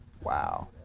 Wow